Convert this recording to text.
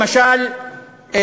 למשל,